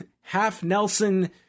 half-Nelson